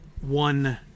one